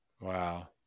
Wow